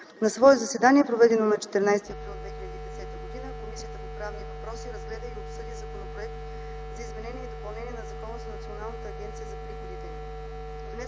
На свое заседание, проведено на 14 април 2010 г., Комисията по правни въпроси разгледа и обсъди Законопроект за изменение и допълнение на Закона за Националната агенция за приходите,